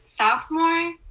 sophomore